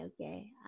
okay